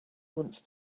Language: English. once